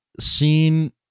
seen